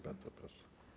Bardzo proszę.